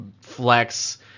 Flex